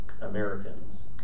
Americans